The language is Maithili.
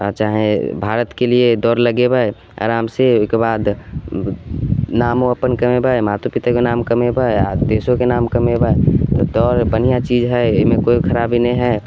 आओर चाहे भारतके लिए दौड़ लगेबै आरामसे ओहिके बाद नामो अपन कमेबै मातो पितोके नाम कमेबै आओर देशोके नाम कमेबै तऽ दौड़ बढ़िआँ चीज हइ एहिमे कोइ खराबी नहि हइ